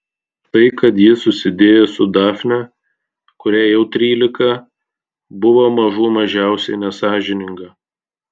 tai kad ji susidėjo su dafne kuriai jau trylika buvo mažų mažiausiai nesąžininga